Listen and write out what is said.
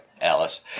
Alice